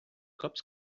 cops